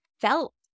felt